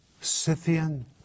Scythian